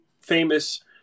famous